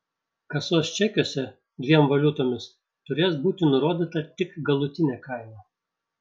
kasos čekiuose dviem valiutomis turės būti nurodyta tik galutinė kaina